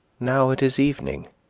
now it is evening,